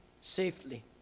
safely